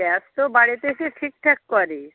ব্যস্ত বাড়িতে এসে ঠিকঠাক করে